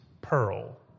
pearl